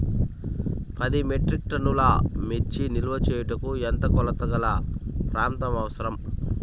పది మెట్రిక్ టన్నుల మిర్చి నిల్వ చేయుటకు ఎంత కోలతగల ప్రాంతం అవసరం?